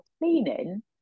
cleaning